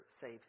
save